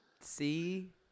See